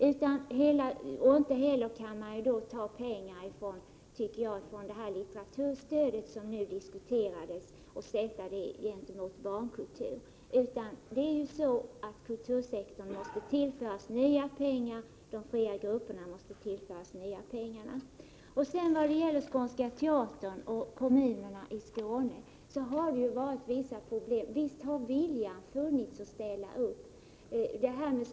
Man kan inte heller ta pengar från litteraturstödet, vilket diskuterades, och sätta det gentemot stödet till barnkulturen. Kultursektorn måste i stället tillföras nya pengar, och de fria grupperna måste också tillföras nya pengar. Så till Skånska teatern och kommunerna i Skåne. Det har funnits vissa problem. Visst har viljan att ställa upp funnits.